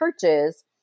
churches